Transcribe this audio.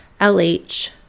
LH